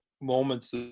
moments